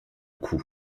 coup